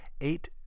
eight